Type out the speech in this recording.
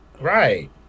Right